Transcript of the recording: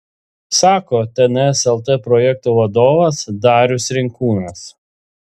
sako tns lt projektų vadovas darius rinkūnas